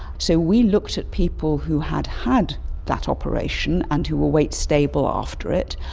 so we looked at people who had had that operation and who were weight stable after it,